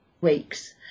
weeks